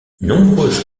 nombreuses